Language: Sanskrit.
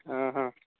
हा हा